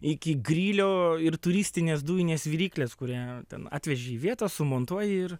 iki grilio ir turistinės dujinės viryklės kurią ten atveži į vietą sumontuoji ir